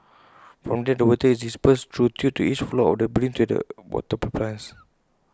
from there the water is dispersed through tubes to each floor of the building to water the plants